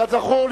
כזכור,